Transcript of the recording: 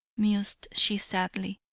mused she sadly.